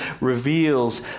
reveals